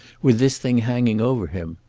with this thing hanging over him.